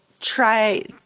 try